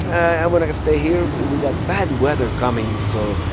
i'm gonna stay here. we we got bad weather coming so